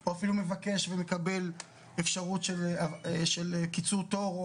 או אפילו מבקש ומקבל אפשרות של קיצור תור,